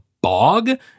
Bog